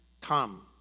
Come